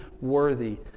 worthy